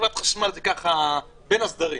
וחברת החשמל בין הסדרים.